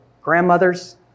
Grandmothers